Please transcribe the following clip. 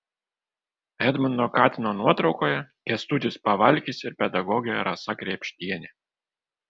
edmundo katino nuotraukoje kęstutis pavalkis ir pedagogė rasa krėpštienė